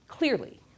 clearly